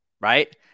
right